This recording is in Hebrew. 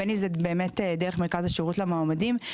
בין אם זה דרך מרכז השירות למועמדים,